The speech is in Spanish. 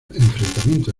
enfrentamiento